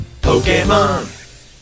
Pokemon